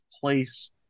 place